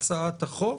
החוק,